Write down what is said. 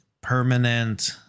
permanent